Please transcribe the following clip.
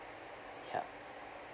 yup